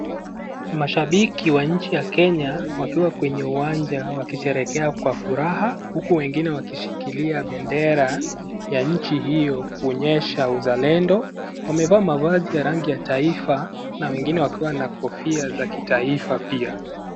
Mashambiki wa nchi ya Kenya wakiwa kwenye uwanja wakisherehekea kwa furaha uku wengine wakishikilia bendera ya nchi hio kuonyesha uzalendo. Wamevaa mavazi ya rangi ya taifa na wengine wakiwa na kofia za kitaifa pia.